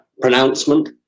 pronouncement